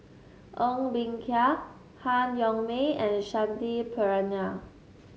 Ng Bee Kia Han Yong May and Shanti Pereira